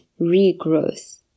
regrowth